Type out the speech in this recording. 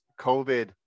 COVID